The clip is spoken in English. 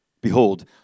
Behold